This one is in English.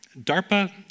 DARPA